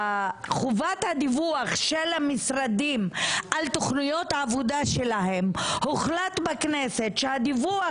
שבחובת הדיווח של המשרדים על תכניות עבודה שלהם הוחלט בכנסת שהדיווח